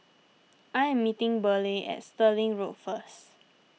I am meeting Burleigh at Stirling Road first